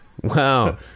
Wow